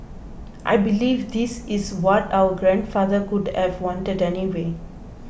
I believe this is what our grandfather would have wanted anyway